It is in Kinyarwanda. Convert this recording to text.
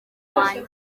wanjye